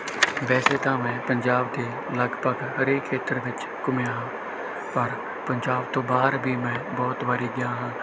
ਵੈਸੇ ਤਾਂ ਮੈਂ ਪੰਜਾਬ ਦੇ ਲਗਭਗ ਹਰੇਕ ਖੇਤਰ ਵਿੱਚ ਘੁੰਮਿਆ ਹਾਂ ਪਰ ਪੰਜਾਬ ਤੋਂ ਬਾਹਰ ਵੀ ਮੈਂ ਬਹੁਤ ਵਾਰ ਗਿਆ ਹਾਂ